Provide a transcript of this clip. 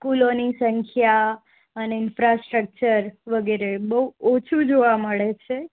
સ્કૂલોની સંખ્યા અને ઇન્ફ્રાસ્ટ્રક્ચર વગેરે બહુ ઓછું જોવા મળે છે